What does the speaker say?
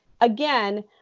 Again